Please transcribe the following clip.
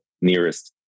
nearest